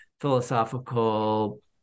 philosophical